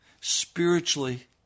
spiritually